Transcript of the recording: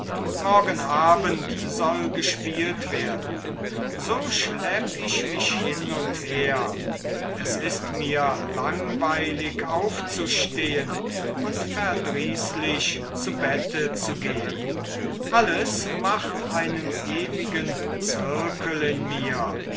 morgen abend soll gespielt werden so schlepp ich mich hin und her es ist mir langweilig aufzustehen und verdrießlich zu bette zu gehen alles macht einen ewigen zirkel in mir